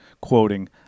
quoting